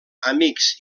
amics